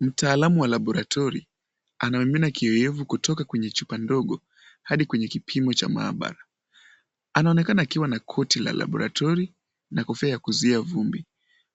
Mtaalamu wa laboratory anamimina kioevu kutoka kwenye chupa ndogo hadi kwenye kipimo cha maabara. Anaonekana akiwa na koti la laboratory na kofia ya kuzuia vumbi.